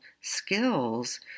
skills